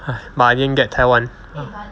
!hais! but I didn't get taiwan